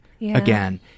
again